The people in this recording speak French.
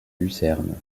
lucerne